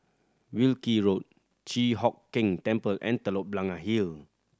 Wilkie Road Chi Hock Keng Temple and Telok Blangah Hill